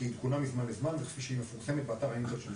והחוק בכל